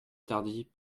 tardy